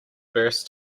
burst